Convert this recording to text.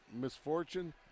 misfortune